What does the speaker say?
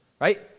right